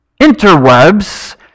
interwebs